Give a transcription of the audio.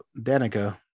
danica